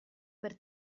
per